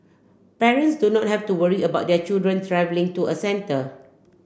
parents do not have to worry about their children travelling to a centre